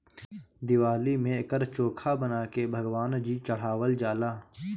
दिवाली में एकर चोखा बना के भगवान जी चढ़ावल जाला